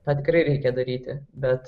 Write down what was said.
tą tikrai reikia daryti bet